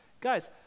Guys